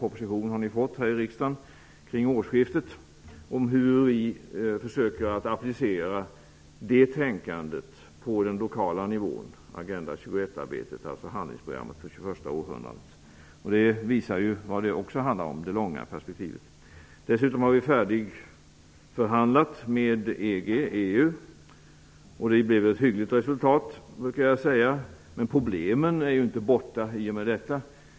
Ni har här i riksdagen kring årsskiftet fått en proposition om hur vi försöker att applicera det tänkandet -- arbetet med Agenda 21, alltså handlingsprogrammet för det tjugoförsta århundradet -- på den lokala nivån. Det visar vad det också handlar om, nämligen det långa perspektivet. Dessutom har vi färdigförhandlat med EG/EU, och det blev ett hyggligt resultat. Men problemen är inte borta i och med detta.